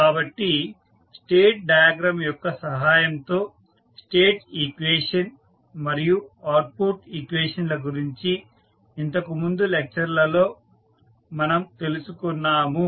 కాబట్టి state diagram యొక్క సహాయంతో స్టేట్ ఈక్వేషన్ మరియు అవుట్పుట్ ఈక్వేషన్ ల గురించి ఇంతకు ముందు లెక్చర్ లలో మనం తెలుసుకున్నాము